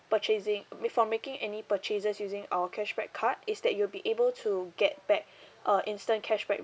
purchasing before making any purchases using our cashback card is that you'll be able to get back uh instant cashback